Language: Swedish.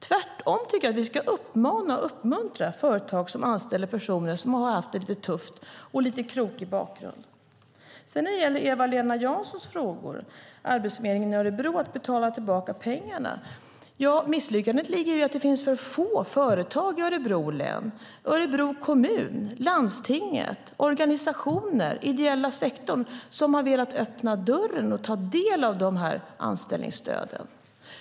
Jag tycker att vi ska uppmuntra företag som anställer personer som har haft det lite tufft och vars väg har varit krokig. När det gäller Eva-Lena Janssons frågor och att Arbetsförmedlingen i Örebro fick betala tillbaka pengarna ligger misslyckandet i att det finns för få företag i Örebro län - Örebro kommun, landstinget, organisationer och ideella sektorn - som har velat öppna dörren och ta del av de här anställningsstöden.